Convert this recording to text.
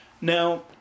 Now